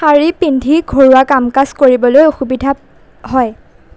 শাৰী পিন্ধি ঘৰুৱা কাম কাজ কৰিবলৈ অসুবিধা হয়